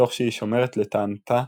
תוך שהיא שומרת, לטענתה,